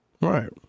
Right